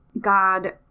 God